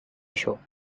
show